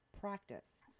practice